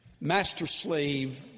master-slave